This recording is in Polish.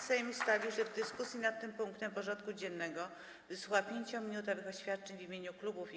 Sejm ustalił, że w dyskusji nad tym punktem porządku dziennego wysłucha 5-minutowych oświadczeń w imieniu klubów i kół.